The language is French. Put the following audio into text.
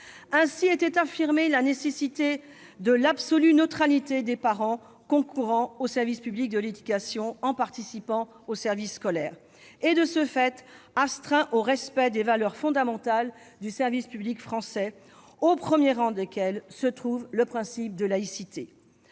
Ainsi était affirmée la nécessité de l'absolue neutralité des parents concourant au service public de l'éducation en participant aux sorties scolaires et astreints, de ce fait, au respect des valeurs fondamentales du service public français, au premier rang desquelles le principe de laïcité.